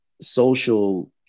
social